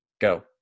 go